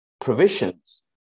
provisions